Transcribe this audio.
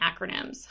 acronyms